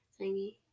thingy